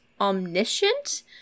omniscient